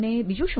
અને બીજું શું